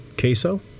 queso